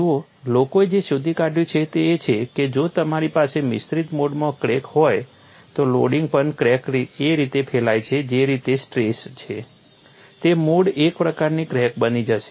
જુઓ લોકોએ જે શોધી કાઢ્યું છે તે એ છે કે જો તમારી પાસે મિશ્રિત મોડમાં ક્રેક હોય તો લોડિંગ પણ ક્રેક એ રીતે ફેલાય છે જે રીતે સ્ટ્રેસ છે તે મોડ I પ્રકારની ક્રેક બની જશે